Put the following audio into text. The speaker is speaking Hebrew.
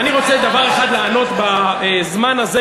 אני רוצה דבר אחד לענות בזמן הזה,